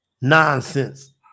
nonsense